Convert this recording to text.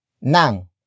Nang